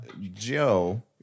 Joe